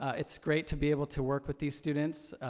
it's great to be able to work with these students.